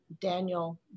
daniel